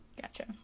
Gotcha